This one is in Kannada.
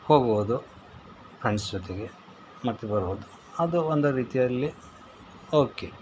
ಹೋಗುವುದು ಫ್ರೆಂಡ್ಸ್ ಜೊತೆಗೆ ಮತ್ತೆ ಬರುವುದು ಆದು ಒಂದು ರೀತಿಯಲ್ಲಿ ಓಕೆ